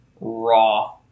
raw